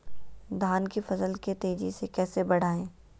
धान की फसल के तेजी से कैसे बढ़ाएं?